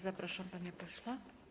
Zapraszam, panie pośle.